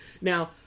now